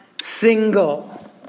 single